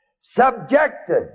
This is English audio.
subjected